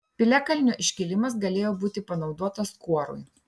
piliakalnio iškilimas galėjo būti panaudotas kuorui